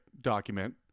document